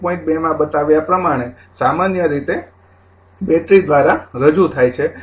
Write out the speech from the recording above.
૨ માં બતાવ્યા પ્રમાણે સામાન્ય રીતે બેટરી દ્વારા રજૂ થાય છે